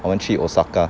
我们去 osaka